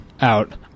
out